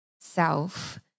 self